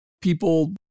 people